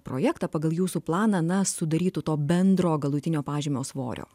projektą pagal jūsų planą na sudarytų to bendro galutinio pažymio svorio